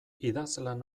idazlan